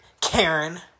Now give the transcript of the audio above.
Karen